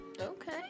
Okay